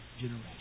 generation